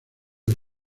del